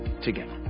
together